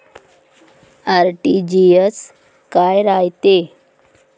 RTGS काय रायते?